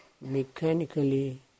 mechanically